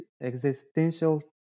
existential